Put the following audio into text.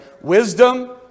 wisdom